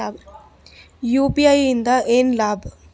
UPI ಇಂದ ಏನ್ ಲಾಭ?